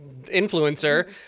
influencer